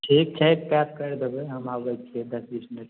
ठीक छै पैक करि देबै हम आबैत छियै दश बीस मिनट